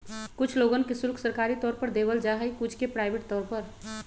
कुछ लोगन के शुल्क सरकारी तौर पर देवल जा हई कुछ के प्राइवेट तौर पर